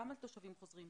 גם על תושבים חוזרים,